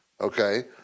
Okay